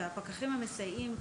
ולפקחים המסייעים,